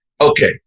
okay